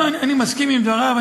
לא, אני מסכים לדבריו.